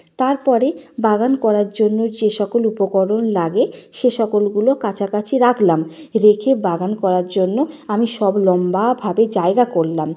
তারপরে বাগান করার জন্য যে সকল উপকরণ লাগে সে সকলগুলো কাছাকাছি রাখলাম রেখে বাগান করার জন্য আমি সব লম্বা ভাবে জায়গা করলাম